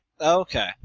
Okay